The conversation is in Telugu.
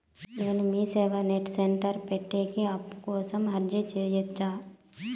నేను మీసేవ నెట్ సెంటర్ పెట్టేకి అప్పు కోసం అర్జీ సేయొచ్చా?